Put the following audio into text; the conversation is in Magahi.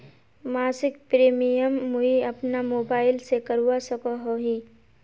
मासिक प्रीमियम मुई अपना मोबाईल से करवा सकोहो ही?